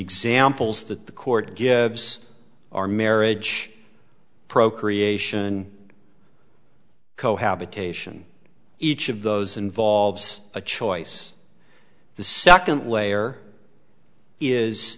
examples that the court gives our marriage procreation cohabitation each of those involves a choice the second layer is